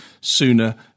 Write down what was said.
sooner